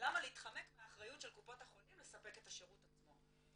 להתחמק מהאחריות של קופות החולים לספק את השירות עצמו.